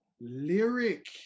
Lyric